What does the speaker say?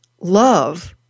love